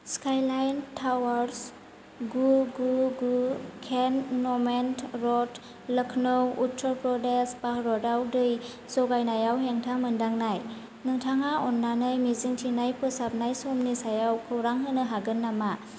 skyline towers गु गु गु केन्टनमेन्ट रड लखनऊ उत्तर प्रदेश भारतआव दै जगायनायाव हेंथा मोन्दांनाय नोंथाङा अन्नानै मिजिंथिनाय फोसाबनाय समनि सायाव खौरां होनो हागोन नामा